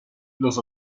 los